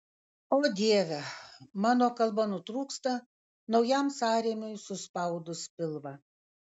o dieve mano kalba nutrūksta naujam sąrėmiui suspaudus pilvą